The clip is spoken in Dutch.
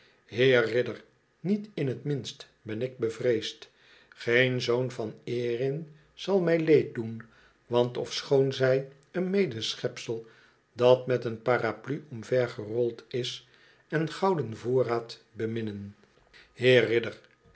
niet in t minst ben ik bevreesd geen zoon van erin zal mij leed doen want ofschoon zij een medeschepsel dat met een paraplu omver gerold is en gouden voorraad beminnen